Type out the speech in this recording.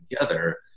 together